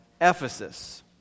Ephesus